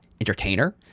entertainer